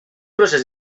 procés